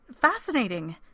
Fascinating